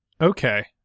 Okay